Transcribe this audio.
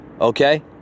Okay